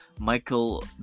Michael